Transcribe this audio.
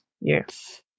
Yes